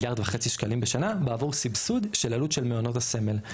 מיליארד בשנה בעבור סבסוד של עלות של מעונות הסמל,